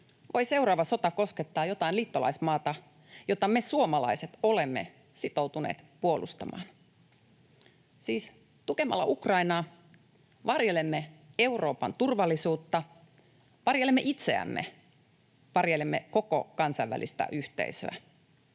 voi seuraava sota koskettaa jotain liittolaismaata, jota me suomalaiset olemme sitoutuneet puolustamaan. Siis tukemalla Ukrainaa varjelemme Euroopan turvallisuutta, varjelemme itseämme, varjelemme koko kansainvälistä yhteisöä.